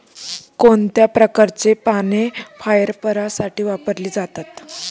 कोणत्या प्रकारची पाने फायबरसाठी वापरली जातात?